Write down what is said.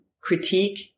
critique